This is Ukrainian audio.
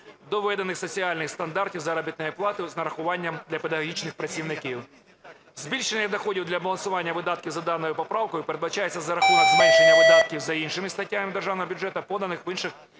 доведених соціальних стандартів заробітної плати з нарахуванням для педагогічних працівників. Збільшення доходів для балансування видатків за даною поправкою передбачається за рахунок зменшення видатків за іншими статтями державного бюджету, поданих в інших